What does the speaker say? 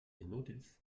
inútils